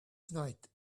tonight